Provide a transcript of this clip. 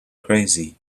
crazy